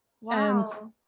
wow